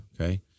Okay